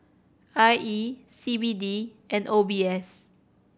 I E C B D and O B S